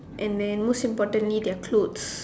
and then most importantly their clothes